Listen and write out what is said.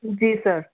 ਜੀ ਸਰ